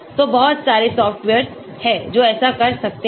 तो बहुत सारे सॉफ्टवेअर हैं जो ऐसा कर सकते हैं